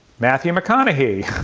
matthew mcconaughey!